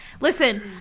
Listen